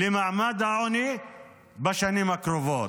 למעמד העוני בשנים הקרובות.